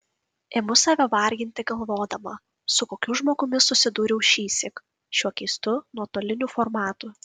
imu save varginti galvodama su kokiu žmogumi susidūriau šįsyk šiuo keistu nuotoliniu formatu